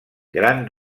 gran